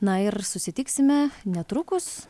na ir susitiksime netrukus